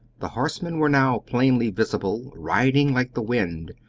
the horsemen were now plainly visible, riding like the wind,